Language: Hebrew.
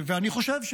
ואני חושב,